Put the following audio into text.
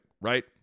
right